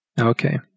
Okay